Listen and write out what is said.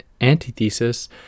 antithesis